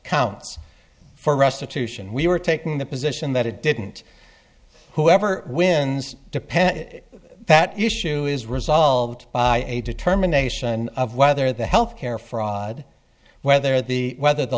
counts for restitution we were taking the position that it didn't whoever wins depend that issue is resolved by a determination of whether the health care fraud whether the whether the